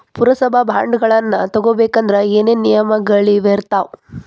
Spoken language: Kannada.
ಪುರಸಭಾ ಬಾಂಡ್ಗಳನ್ನ ತಗೊಬೇಕಂದ್ರ ಏನೇನ ನಿಯಮಗಳಿರ್ತಾವ?